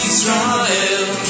Israel